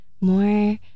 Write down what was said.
more